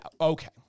okay